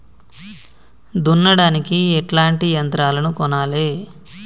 దున్నడానికి ఎట్లాంటి యంత్రాలను కొనాలే?